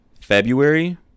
february